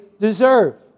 deserve